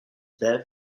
bev